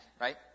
right